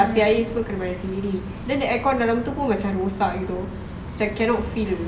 bil api air semua kena bayar sendiri then aircon dalam tu macam rosak gitu so cannot feel